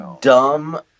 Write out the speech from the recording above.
dumb